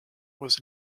was